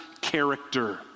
character